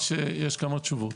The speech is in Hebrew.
יש כמה תשובות.